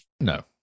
No